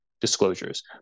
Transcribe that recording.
disclosures